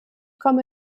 komme